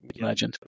legend